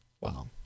wow